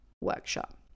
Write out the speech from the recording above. workshop